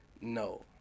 no